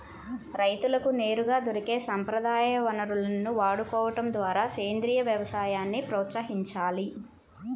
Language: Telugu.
రైతులకు నేరుగా దొరికే సంప్రదాయ వనరులను వాడుకోడం ద్వారా సేంద్రీయ వ్యవసాయాన్ని ప్రోత్సహించాలి